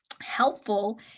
helpful